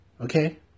Okay